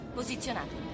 posizionato